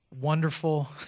wonderful